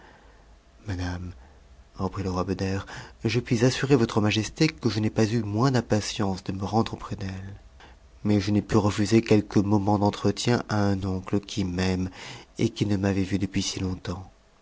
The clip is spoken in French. madame reprit le roi beder je puis assurer votre majesté que je n'ai pas eu moins d'impatience de me'rendre auprès d'elle mais je n'ai pu refuser quelques moments d'entretien à un oncle qui m'aime et qui ne m'avait vu depuis si longtemps